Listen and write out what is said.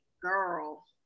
girl